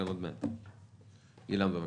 אילן, בבקשה.